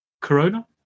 Corona